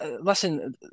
listen